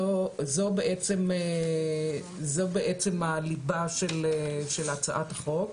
זאת בעצם הליבה של הצעת החוק.